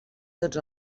tots